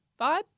vibe